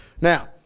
Now